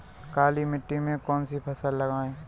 काली मिट्टी में कौन सी फसल लगाएँ?